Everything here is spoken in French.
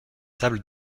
tables